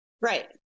right